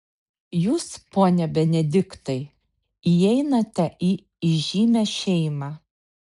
jūs pone benediktai įeinate į įžymią šeimą